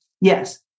Yes